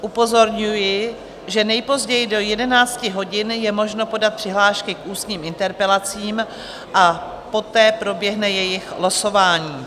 Upozorňuji, že nejpozději do 11 hodin je možno podat přihlášky k ústním interpelacím, a poté proběhne jejich losování.